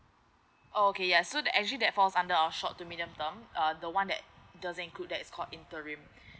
okay ya so that actually that falls under our short to medium term uh the one that does include that is called interim